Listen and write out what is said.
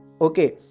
okay